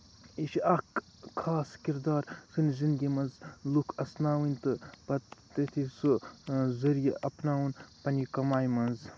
یہِ چھُ اکھ خاص کِردار سانِس زِندگی منٛز لُکھ اَسناوٕنۍ تہٕ پَتہٕ تٔتھی سُہ زٔریعہٕ اَپناوُن پَنٕنہِ کَمایہِ منٛز